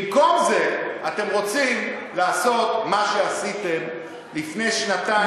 במקום זה אתם רוצים לעשות מה שעשיתם לפני שנתיים,